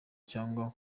cyangwa